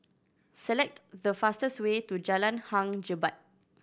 select the fastest way to Jalan Hang Jebat